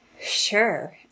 Sure